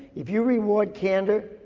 if you reward candor,